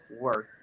work